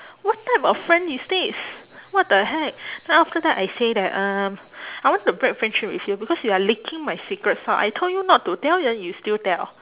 what type of friend is this what the heck then after that I say that um I want to break friendship with you because you are leaking my secrets out I told you not to tell then you still tell